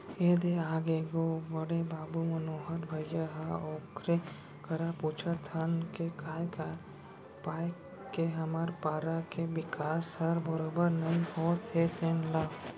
ए दे आगे गो बड़े बाबू मनोहर भइया ह ओकरे करा पूछत हन के काय पाय के हमर पारा के बिकास हर बरोबर नइ होत हे तेन ल